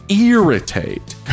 irritate